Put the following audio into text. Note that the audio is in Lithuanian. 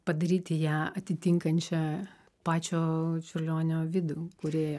padaryti ją atitinkančią pačio čiurlionio vidų kūrėją